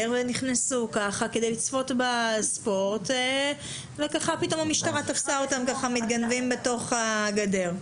ונכנסו כדי לצפות בספורט והמשטרה תפסה אותם מתגנבים פתאום לתוך הגדר?